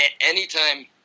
Anytime